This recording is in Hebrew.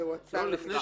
זה הואצל למשנים.